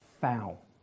foul